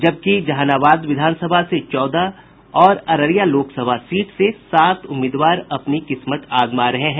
वहीं जहानाबाद विधानसभा से चौदह और अररिया लोकसभा सीट से सात प्रत्याशी अपनी किस्मत आजमा रहे हैं